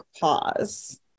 pause